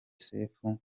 sefu